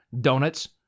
donuts